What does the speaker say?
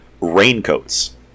Raincoats